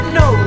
no